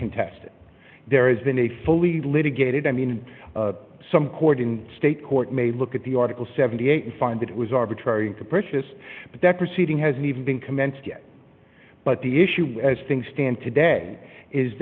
contest there has been a fully litigated i mean some court in state court may look at the article seventy eight and find that it was arbitrary and capricious but that proceeding hasn't even been commenced yet but the issue as things stand today is